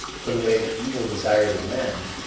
put away the evil desires of men,